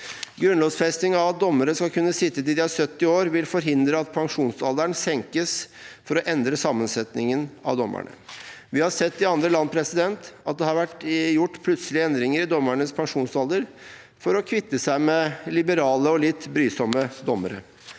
Grunnlovfesting av at dommere skal kunne sitte til de er 70 år, vil forhindre at pensjonsalderen senkes for å endre sammensetningen av dommerne. Vi har sett i andre land at det har vært gjort plutselige endringer i dommerens pensjonsalder for å kvitte seg med liberale og litt brysomme dommere.